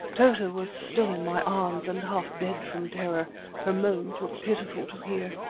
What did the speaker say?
tota was still in my arms, and half dead from terror her moans were pitiful to hear.